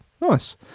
Nice